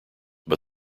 but